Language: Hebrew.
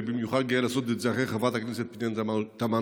ובמיוחד גאה לעשות את זה אחרי חברת הכנסת פנינה תמנו-שטה.